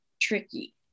tricky